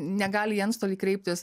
negali į antstolį kreiptis